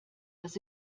dass